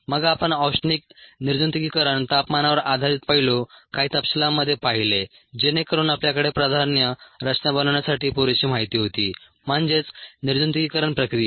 मग आपण औष्णिक निर्जंतुकीकरण तापमानावर आधारित पैलू काही तपशीलांमध्ये पाहिले जेणेकरून आपल्याकडे प्राधान्य रचना बनवण्यासाठी पुरेशी माहिती होती म्हणजेच निर्जंतुकीकरण प्रक्रिया